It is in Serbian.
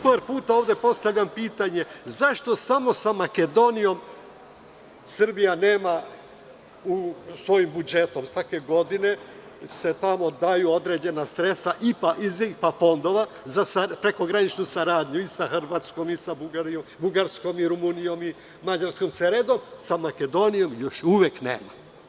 Par puta sam ovde postavljao pitanje – zašto samo sa Makedonijom Srbija nema, u budžetu se svake godine daju određena sredstva iz IPA fondova za prekograničnu saradnju sa Hrvatskom, sa Bugarskom, Rumunijom, Mađarskom, sa svima redom, a sa Makedonijom još uvek nema?